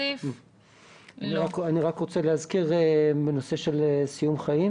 אני רק רוצה להזכיר בנושא של סיום חיים,